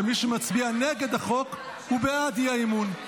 ומי שמצביע נגד החוק הוא בעד האי-אמון.